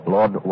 Lord